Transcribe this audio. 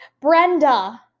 Brenda